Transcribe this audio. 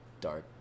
dark